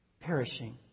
perishing